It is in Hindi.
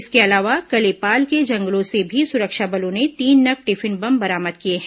इसके अलावा कलेपाल के जंगलों से भी सुरक्षा बलों ने तीन नग टिफिन बम बरामद किए हैं